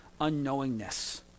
unknowingness